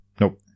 Nope